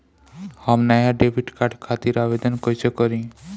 हम नया debit card खातिर आवेदन कईसे करी?